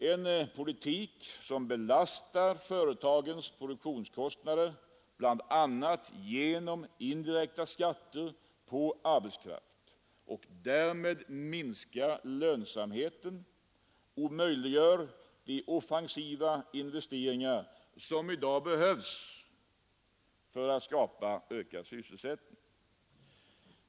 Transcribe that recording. En politik som belastar företagens produktionskostnader bl.a. genom indirekta skatter på arbetskraft och därmed minskar lönsamheten omöjliggör de offensiva investeringar som behövs för att skapa ökad sysselsättning.